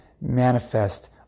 manifest